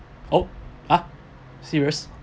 oh ah serious